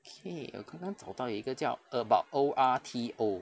okay 我刚刚投到有一个叫 about O_R_T_O